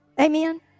Amen